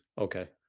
Okay